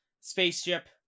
spaceship